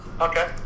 Okay